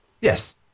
Yes